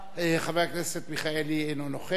חבר הכנסת מיכאלי אינו נוכח,